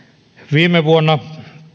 viime vuonna